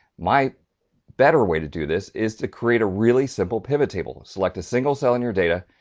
my better way to do this, is to create a really simple pivot table. select a single cell in your data,